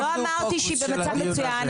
לא אמרתי שהיא במצב מצוין,